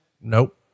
Nope